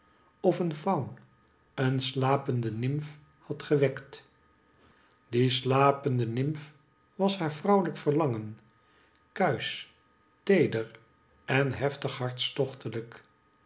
of een faun een slapende nymf had gewekt die slapende nymf was haar vrouwelijk verlangen kuisch teeder en heftig